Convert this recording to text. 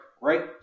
right